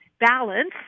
balance